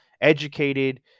educated